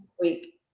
week